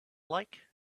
like